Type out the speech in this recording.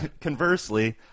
Conversely